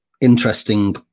interesting